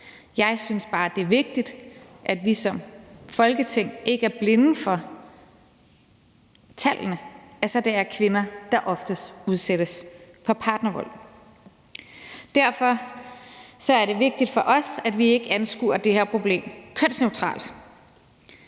Jeg synes bare, at det er vigtigt, at vi som Folketing ikke er blinde for tallene, altså at det er kvinder, der oftest udsættes for partnervold. Derfor er det vigtigt for os, at vi ikke anskuer det her problem kønsneutralt.